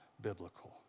biblical